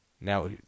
Now